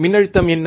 மின்னழுத்தம் என்ன